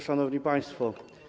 Szanowni Państwo!